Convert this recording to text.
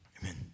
Amen